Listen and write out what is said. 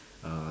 uh